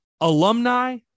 alumni